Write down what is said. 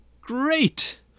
Great